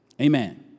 Amen